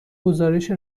گزارش